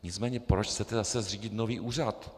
Nicméně proč zase zřídit nový úřad?